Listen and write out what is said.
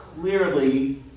clearly